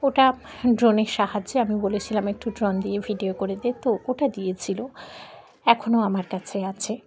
ওটা ড্রোনের সাহায্যে আমি বলেছিলাম একটু ড্রোন দিয়ে ভিডিও করে দে তো ওটা দিয়েছিল এখনও আমার কাছে আছে